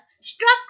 struck